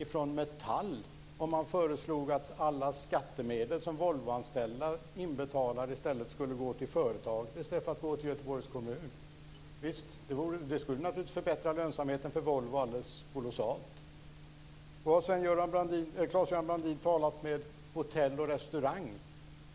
från Metall om han hade föreslagit att alla skattemedel som Volvoanställda inbetalar skulle gå till företaget i stället för till Göteborgs kommun. Det skulle naturligtvis förbättra lönsamheten för Volvo alldeles kolossalt. Har Claes-Göran Brandin talat med Hotell och Restaurang?